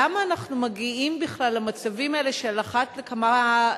למה אנחנו מגיעים בכלל למצבים האלה אחת לתקופה,